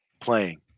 playing